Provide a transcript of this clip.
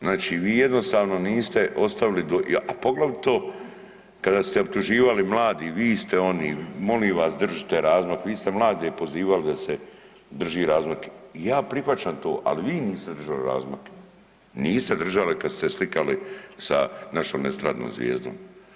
Znači vi jednostavno niste ostavili, a poglavito kada ste optuživali mladi, vi ste oni, molim vas držite razmak, vi ste mlade pozivali da se drži razmak i ja prihvaćam to, ali vi niste držali razmak, niste držali kad ste se slikali sa našom estradnom zvijezdom.